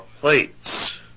plates